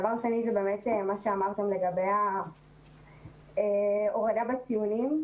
דבר שני, בגלל מה שנאמר פה לגבי הורדה בציונים.